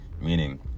Meaning